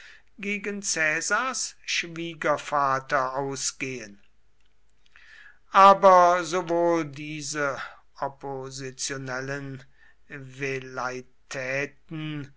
gegen caesars schwiegervater ausgehen aber sowohl diese oppositionellen